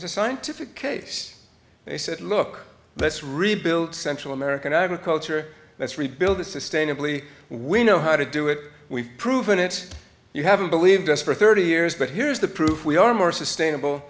was a scientific case they said look let's rebuild central american agriculture let's rebuild the sustainably we know how to do it we've proven it you haven't believed us for thirty years but here's the proof we are more sustainable